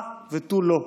הא ותו לא.